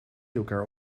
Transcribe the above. elkaar